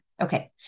Okay